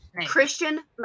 Christian